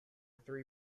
three